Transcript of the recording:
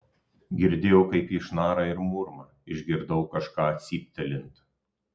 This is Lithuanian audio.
girdėjau kaip ji šnara ir murma išgirdau kažką cyptelint